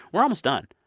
we're almost done.